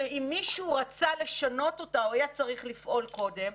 שאם מישהו רצה לשנות אותה הוא היה לפעול קודם.